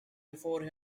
before